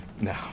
no